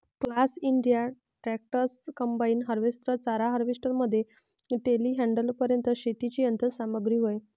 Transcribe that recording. class India tractors, combine harvester, चारा harvester मध्ये टेलीहँडलरपर्यंत शेतीची यंत्र सामग्री होय